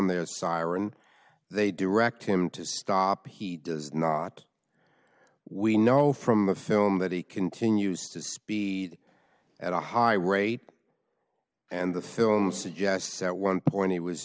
their siren they direct him to stop he does not we know from the film that he continues to speed at a high rate and the film suggests at one point